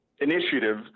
initiative